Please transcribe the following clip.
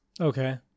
Okay